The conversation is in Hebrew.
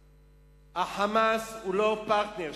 ה"חמאס" הוא לא פרטנר,